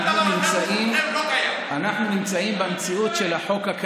אין היגיון, אין היגיון, אתם חיים במציאות משלכם.